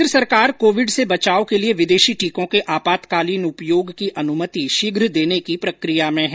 केन्द्र सरकार कोविड से बचाव के लिए विदेशी टीकों के आपातकालीन उपयोग की अनुमति शीघ्र देने की प्रक्रिया में है